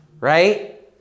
right